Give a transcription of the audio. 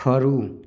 ખરું